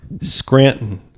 Scranton